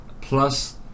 Plus